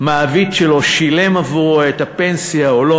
המעביד שלו שילם לו את הפנסיה או לא.